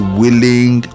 willing